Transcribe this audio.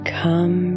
come